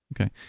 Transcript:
Okay